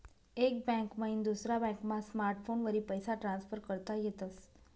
एक बैंक मईन दुसरा बॅकमा स्मार्टफोनवरी पैसा ट्रान्सफर करता येतस